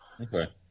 Okay